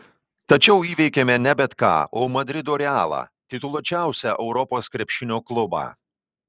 tačiau įveikėme ne bet ką o madrido realą tituluočiausią europos krepšinio klubą